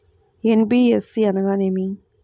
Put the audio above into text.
NBFC అనగా ఏమిటీ?